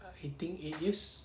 I think eight years